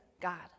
God